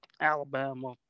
Alabama